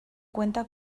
cuenta